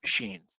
machines